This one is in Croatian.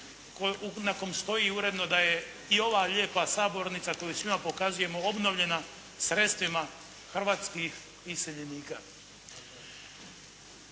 na kojem stoji uredno da je i ova lijepa sabornica koju svima pokazujemo obnovljena sredstvima hrvatskih iseljenika.